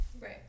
Right